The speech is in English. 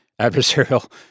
adversarial